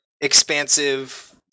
expansive